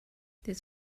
that